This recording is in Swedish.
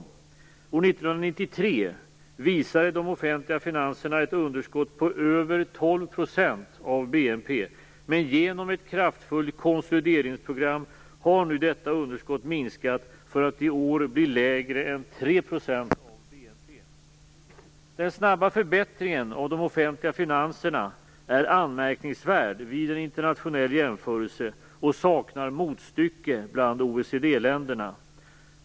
År 1993 visade de offentliga finanserna ett underskott på över 12 % av BNP, men genom ett kraftfullt konsolideringsprogram har nu detta underskott minskat för att i år bli lägre än Den snabba förbättringen av de offentliga finanserna är anmärkningsvärd vid en internationell jämförelse och saknar motstycke bland OECD-länderna.